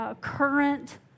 current